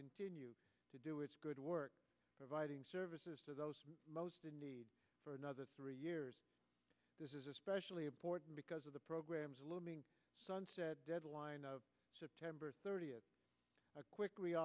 continue to do its good work providing services to those most in need for another three years this is especially important because of the program's looming deadline of september thirtieth quickly